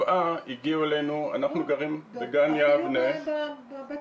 בשבעה אנחנו גרים בגן יבנה --- אפילו בבית